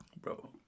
Bro